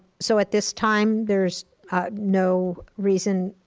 so at this time, there is no reason.